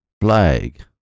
flag